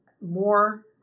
more